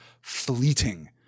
fleeting